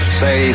say